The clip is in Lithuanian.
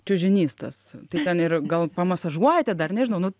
čiužinys tas tai ten ir gal pamasažuojate dar nežinau nu